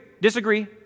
disagree